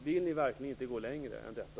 Vill ni verkligen inte gå längre än så?